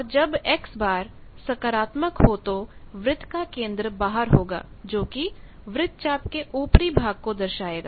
और जब X सकारात्मक हो तो वृत्त का केंद्र बाहर होगा जोकि वृत्तचाप के ऊपरी भाग को दर्शायेगा